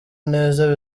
neza